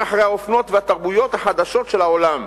אחרי האופנות והתרבויות החדשות של העולם,